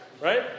right